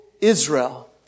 Israel